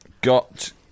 got